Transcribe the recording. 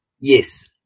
Yes